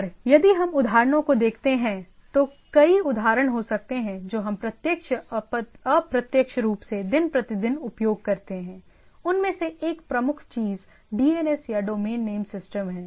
और यदि हम उदाहरणों को देखते हैं तो कई संदर्भ समय 1612 उदाहरण हो सकते है जो हम प्रत्यक्ष या अप्रत्यक्ष रूप से दिन प्रतिदिन उपयोग करते हैं उनमें से एक प्रमुख चीज डीएनएस या डोमेन नेम सिस्टम है